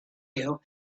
you